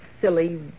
silly